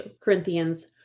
Corinthians